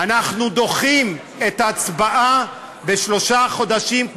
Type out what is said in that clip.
אנחנו דוחים את ההצבעה בשלושה חודשים,